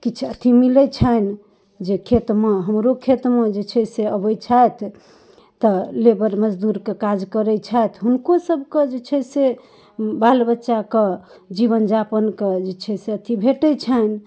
किछु अथी मिलै छनि जे खेतमे हमरो खेतमे जे छै से अबै छथि तऽ लेबर मजदूरके काज करै छथि हुनको सबके जे छै से बाल बच्चाके जीवन यापनके जे छै से अथी भेटै छनि